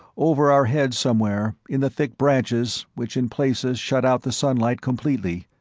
over our head somewhere, in the thick branches which in places shut out the sunlight completely,